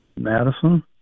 Madison